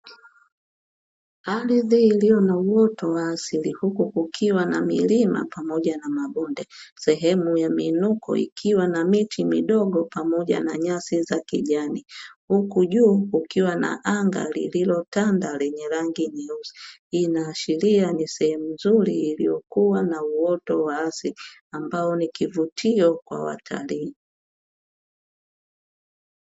Ardhi iliyo na uoto wa asili iliyo na milima pamoja na mabonde, sehemu ya miinuko ikiwa na miti midogo pamoja na nyasi za kijani huku juu kukiwa na anga lililotanda lenye rangi nyeusi, hii inaashiria ni sehemu nzuri iliyokuwa na uoto wa asili ambayo ni kivutio kwa watalii.